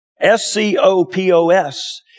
S-C-O-P-O-S